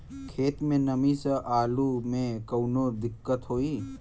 खेत मे नमी स आलू मे कऊनो दिक्कत होई?